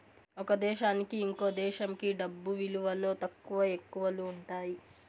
ఒక దేశానికి ఇంకో దేశంకి డబ్బు విలువలో తక్కువ, ఎక్కువలు ఉంటాయి